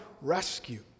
rescue